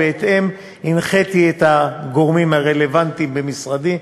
והנחיתי בהתאם את הגורמים הרלוונטיים במשרדי.